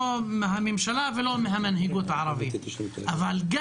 לא מהממשלה ולא המנהיגות הערבית; וגם,